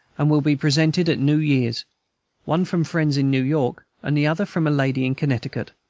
and will be presented at new year's one from friends in new york, and the other from a lady in connecticut.